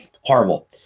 horrible